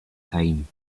time